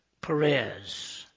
Perez